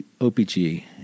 OPG